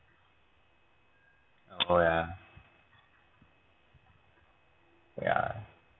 oh yeah yeah